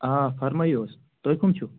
آ فرمٲیو حظ تُہۍ کُم چھُو